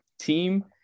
team